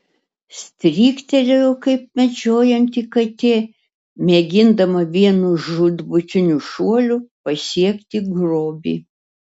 stryktelėjo kaip medžiojanti katė mėgindama vienu žūtbūtiniu šuoliu pasiekti grobį